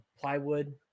plywood